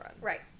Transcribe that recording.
Right